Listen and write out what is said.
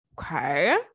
Okay